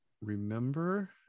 remember